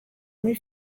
muri